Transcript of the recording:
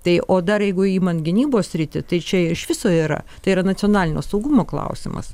tai o dar jeigu imant gynybos sritį tai čia iš viso yra tai yra nacionalinio saugumo klausimas